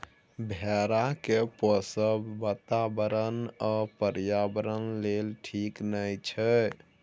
भेड़ा केँ पोसब बाताबरण आ पर्यावरण लेल ठीक नहि छै